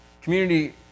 community